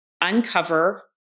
uncover